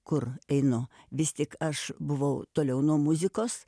kur einu vis tik aš buvau toliau nuo muzikos